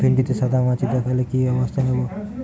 ভিন্ডিতে সাদা মাছি দেখালে কি ব্যবস্থা নেবো?